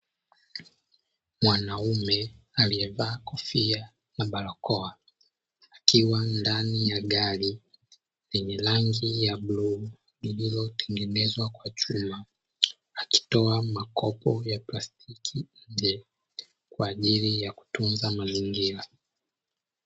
Mwanaume aliyevaa kofia na barakoa, akiwa ndani ya gari yenye rangi ya bluu lililotengenezwa kwa chuma akitoa makopo ya plastiki je kwa ajili ya kutunza mazingira.